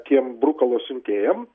tiem brukalo siuntėjam